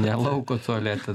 ne lauko tualete